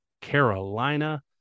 Carolina